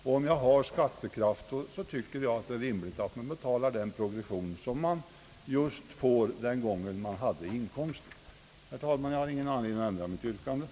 Om man har skattekraft, är det rimligt att man betalar sin skatt med den progression som blir tillämplig vid det tillfälle då man har inkomsten i fråga. Herr talman! Jag har ingen anledning att ändra mitt yrkande.